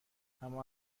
اما